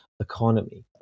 Economy